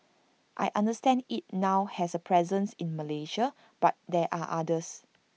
I understand IT now has A presence in Malaysia but there are others